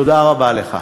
תודה רבה לך.